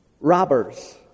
robbers